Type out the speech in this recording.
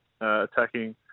attacking